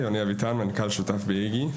יוני אביטן, מנכ"ל ושותף באיגי.